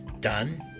done